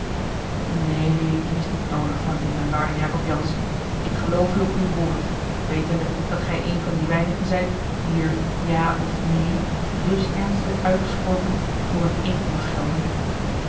neen die is niet noodig van u mijn waarde jacob jansz ik geloof u op uw woord wetende dat gij een van die weinigen zijt wier ja of neen dus ernstelijk uitgesproken voor een eed mag gelden